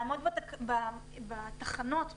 לעמוד בתחנות בחום,